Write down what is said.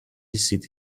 city